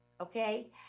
okay